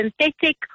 synthetic